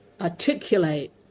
articulate